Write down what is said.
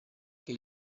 che